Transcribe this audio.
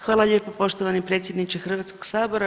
Hvala lijepo poštovani predsjedniče Hrvatskoga sabora.